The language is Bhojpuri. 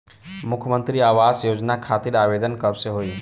मुख्यमंत्री आवास योजना खातिर आवेदन कब से होई?